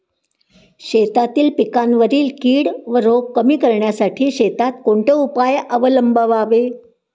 शेतातील पिकांवरील कीड व रोग कमी करण्यासाठी शेतात कोणते उपाय अवलंबावे?